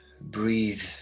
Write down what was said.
breathe